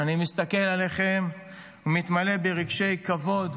אני מסתכל עליהם ומתמלא ברגשי כבוד,